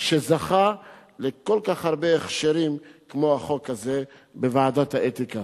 שזכה לכל כך הרבה הכשרים כמו החוק הזה בוועדת האתיקה.